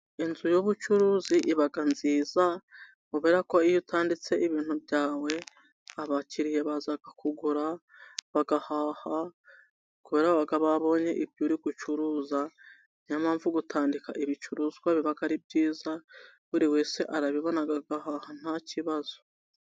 Inzu y'ubucuruzi iba nziza, kubera ko iyo utanditse ibintu byawe, abakiriya baza kugura, bagahaha, kubera baba babonye ibyo uri gucuruza, niyo mpamvu gutandika ibicuruzwa biba ari byiza, buri wese arabibona agahaha nta kibazo.